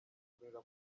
kurera